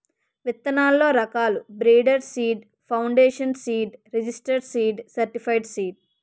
విత్తనాల్లో రకాలు breeder seed, foundation seed, registered seed, certified seed